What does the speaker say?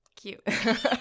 cute